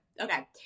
Okay